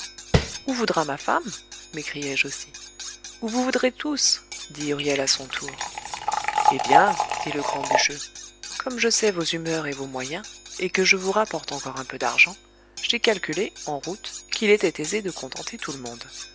où voudra ma femme m'écriai-je aussi où vous voudrez tous dit huriel à son tour eh bien dit le grand bûcheux comme je sais vos humeurs et vos moyens et que je vous rapporte encore un peu d'argent j'ai calculé en route qu'il était aisé de contenter tout le monde